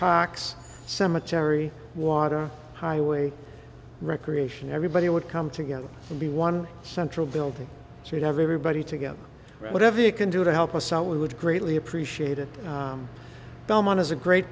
cox cemetery water highway recreation everybody would come together and be one central building so you have everybody together whatever you can do to help us out we would greatly appreciate it belmont is a great